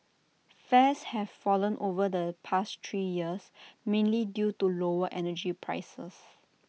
fares have fallen over the past three years mainly due to lower energy prices